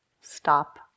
stop